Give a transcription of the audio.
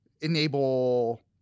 enable